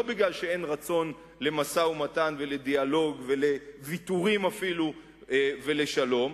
לא כי אין רצון לקיים משא-ומתן ודיאלוג ואפילו ויתורים ולעשות שלום,